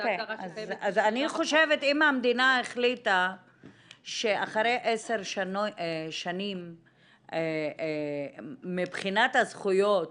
חושבת שאם המדינה החליטה שאחרי 10 שנים מבחינת הזכויות